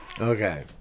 Okay